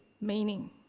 meaning